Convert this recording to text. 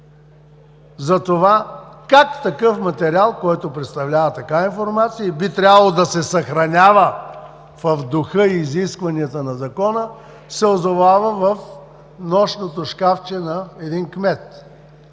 за това как такъв материал, което представлява такава информация и би трябвало да се съхранява в духа и изискванията на Закона, се озовава в нощното шкафче на един кмет?